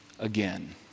Again